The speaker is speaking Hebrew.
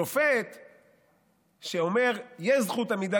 שופט שאומר: יש זכות עמידה,